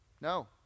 No